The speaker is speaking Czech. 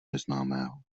neznámého